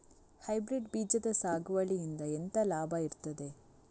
Hybrid ಬೀಜದ ಸಾಗುವಳಿಯಿಂದ ಎಂತ ಲಾಭ ಇರ್ತದೆ?